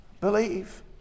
believe